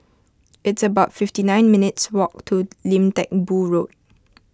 it's about fifty nine minutes' walk to Lim Teck Boo Road